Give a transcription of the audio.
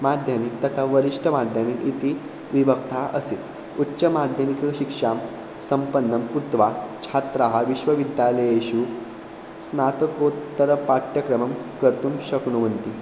माध्यमिकं तथा वरिष्ठमाद्यमिकम् इति विभक्ता आसीत् उच्चमाध्यमिकशिक्षां सम्पन्नं कुत्वा छात्राः विश्वविद्यालयेषु स्नातकोत्तरपाठ्यक्रमं कर्तुं शक्नुवन्ति